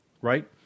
right